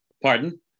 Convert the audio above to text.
Pardon